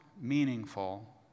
meaningful